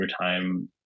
overtime